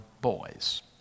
boys